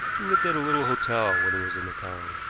lived at a little hotel when he was in the town.